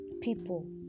people